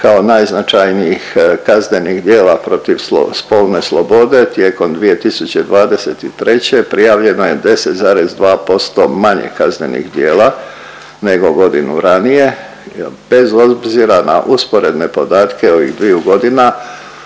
kao najznačajnijih kaznenih djela protiv spolne slobode tijekom 2023., prijavljeno je 10,2% manje kaznenih djela nego godinu ranije, bez obzira na usporedne podatke ovih dviju godina,